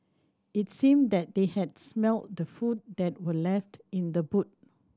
it seemed that they had smelt the food that were left in the boot